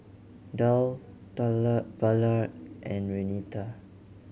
Tal Ballard and Renita